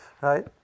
right